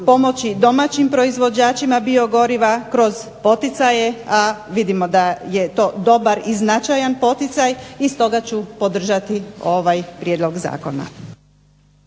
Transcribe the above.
pomoći i domaćim proizvođačima biogoriva kroz poticaje, a vidimo da je to dobar i značajan poticaj i stoga ću podržati ovaj prijedlog zakona.